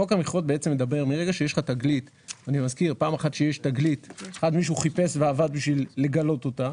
אני מזכיר: כשיש תגלית מישהו חיפש ועבד כדי לגלות אותה,